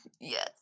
Yes